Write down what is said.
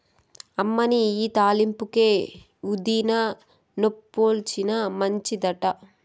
అమ్మనీ ఇయ్యి తాలింపుకే, ఊదినా, నొప్పొచ్చినా మంచిదట